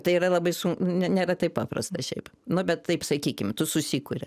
tai yra labai su nėra taip paprasta šiaip nu bet taip sakykim tu susikuri